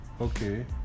Okay